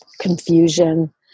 confusion